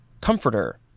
Comforter